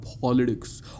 politics